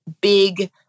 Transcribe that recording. big